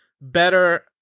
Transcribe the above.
better